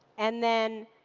and then,